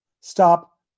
Stop